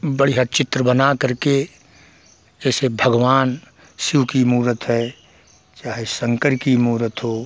बढ़िया चित्र बनाकर के जैसे भगवान शिव की मूरत है चाहे शंकर की मूरत हो